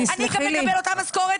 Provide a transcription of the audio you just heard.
אני גם אקבל אותה משכורת,